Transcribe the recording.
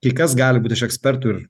kai kas gali būt iš ekspertų ir